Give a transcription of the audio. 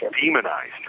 demonized